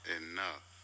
enough